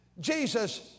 Jesus